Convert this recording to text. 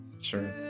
Sure